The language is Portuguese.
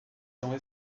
são